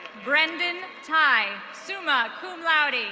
brendan ty, summa cum laude.